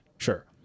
Sure